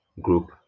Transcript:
group